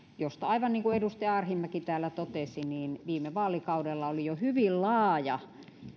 josta aivan niin kuin edustaja arhinmäki täällä totesi viime vaalikaudella oli jo hyvin laaja